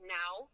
now